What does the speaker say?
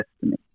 destiny